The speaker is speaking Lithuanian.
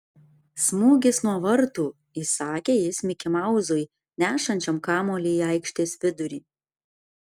smūgis nuo vartų įsakė jis mikimauzui nešančiam kamuolį į aikštės vidurį